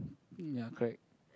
um ya correct